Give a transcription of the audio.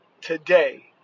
today